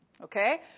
Okay